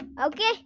Okay